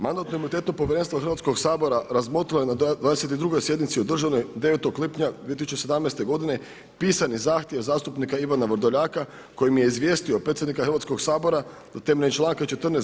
Mandatno-imunitetno povjerenstvo Hrvatskog sabora, razmotrilo je na 22 sjednici, održanoj 9. lipnja 2017. godine pisane zahtjev zastupnika Ivana Vrdoljaka, kojim je izvijestio predsjednika Hrvatskog sabora, da temeljem članka 14.